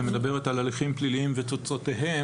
שמדברת על הליכים פליליים ותוצאותיהם,